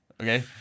Okay